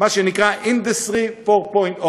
מה שנקרא Industry 4.0,